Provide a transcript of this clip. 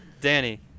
Danny